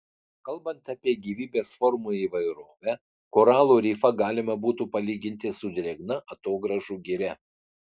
kalbant apie gyvybės formų įvairovę koralų rifą galima būtų palyginti su drėgna atogrąžų giria